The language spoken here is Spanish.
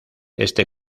este